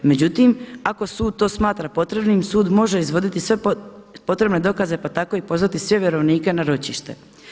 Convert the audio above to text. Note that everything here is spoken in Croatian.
Međutim ako sud to smatra potrebnim sud može izvoditi sve potrebne dokaze pa tako i pozvati sve vjerovnike na ročište.